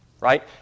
right